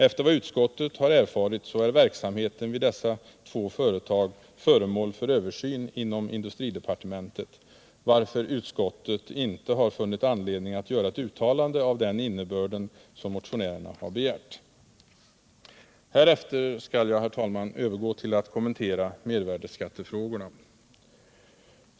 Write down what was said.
Efter vad utskottet har erfarit är verksamheten vid dessa två företag föremål för översyn inom industridepartementet, varför utskottet inte har funnit anledning att göra ett uttalande av den innebörd som motionärerna har begärt. Härefter skall jag, herr talman, övergå till att kommentera mervärdeskattefrågorna.